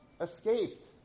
escaped